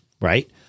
right